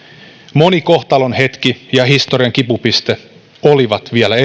moni kohtalonhetki ja historian kipupiste olivat vielä